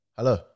Hello